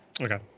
Okay